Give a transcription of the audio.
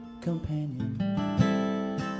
companion